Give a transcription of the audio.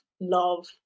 love